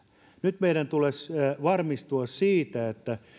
nyt meidän tulisi varmistua siitä että